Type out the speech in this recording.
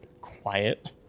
quiet